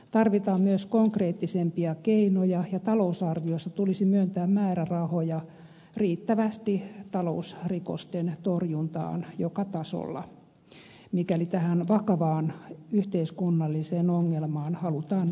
tarvitaan myös konkreettisempia keinoja ja talousarviossa tulisi myöntää määrärahoja riittävästi talousrikosten torjuntaan joka tasolla mikäli tähän vakavaan yhteiskunnalliseen ongelmaan halutaan muutosta